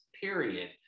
period